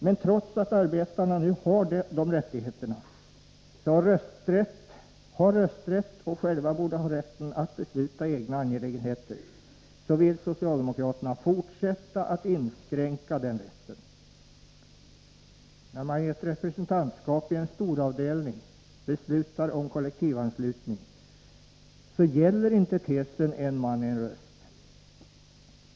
De har alltså rösträtt, och de borde själva ha rätten att besluta i egna angelägenheter. Men trots detta vill socialdemokraterna fortsätta att inskränka den rätten. När man i ett representantskap i en storavdelning beslutar om kollektivanslutning gäller inte tesen ”en man en röst”.